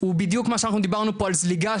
הוא בדיוק מה שאנחנו דיברנו פה על זליגה